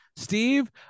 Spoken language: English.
Steve